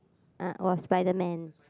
uh was SpiderMan